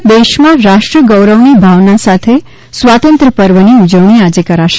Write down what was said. સમગ્ર દેશમાં રાષ્ટ્રગૌરવની ભાવના સાથે સ્વાતંત્ય પર્વની ઉજવણી આજે કરાશે